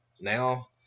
now